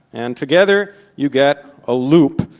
and together, you get a loop,